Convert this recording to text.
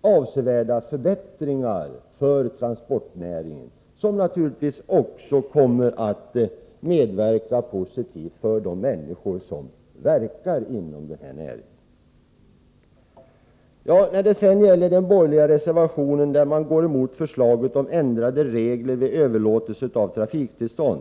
avsevärda förbättringar för transportnäringen, vilka naturligtvis kommer att inverka positivt för de människor som arbetar inom den näringen. I den borgerliga reservationen går man emot förslaget om ändrade regler vid överlåtelse av trafiktillstånd.